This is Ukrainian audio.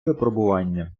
випробування